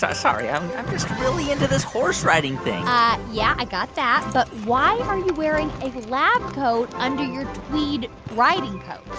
ah sorry. i'm i'm just really into this horse-riding thing yeah, i got that. but why are you wearing a lab coat under your tweed riding coat?